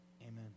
amen